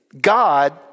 God